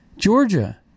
Georgia